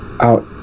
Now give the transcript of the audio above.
Out